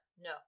no